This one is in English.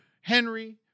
Henry